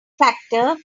factor